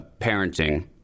parenting